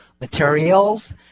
materials